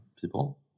people